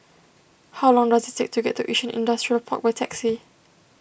how long does it take to get to Yishun Industrial Park by taxi